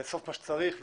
לאסוף מה שצריך וכולי.